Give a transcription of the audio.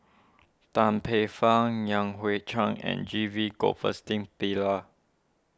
Tan Paey Fern Yan Hui Chang and G V Pillai